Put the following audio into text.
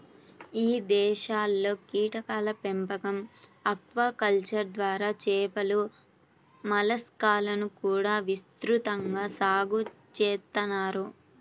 ఇదేశాల్లో కీటకాల పెంపకం, ఆక్వాకల్చర్ ద్వారా చేపలు, మలస్కాలను కూడా విస్తృతంగా సాగు చేత్తన్నారు